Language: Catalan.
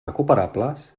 recuperables